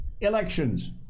elections